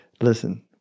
listen